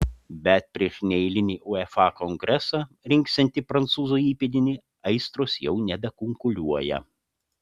bet prieš neeilinį uefa kongresą rinksiantį prancūzo įpėdinį aistros jau nebekunkuliuoja